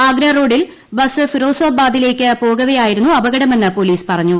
ആഗ്രാ റോഡിൽ ബസ് ഫിറോസാബാദിലേക്ക് പോകവേയായിരുന്നു അപകടമെന്ന് പോലീസ് പറഞ്ഞു